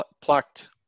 plucked